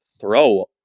throw